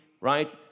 right